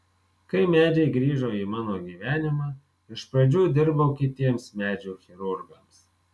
kai medžiai grįžo į mano gyvenimą iš pradžių dirbau kitiems medžių chirurgams